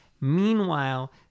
Meanwhile